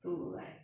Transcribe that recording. to like